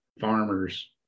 farmers